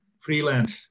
freelance